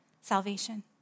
salvation